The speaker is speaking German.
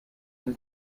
dem